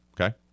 okay